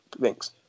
thanks